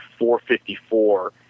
454